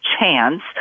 chance